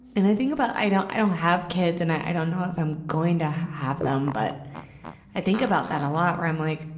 and i think about i don't, i don't have kids, and i don't know if i'm going to have them, but i think about that a lot, where i'm like,